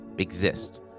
exist